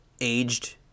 aged